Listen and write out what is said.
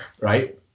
right